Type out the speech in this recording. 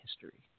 history